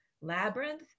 labyrinth